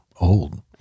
old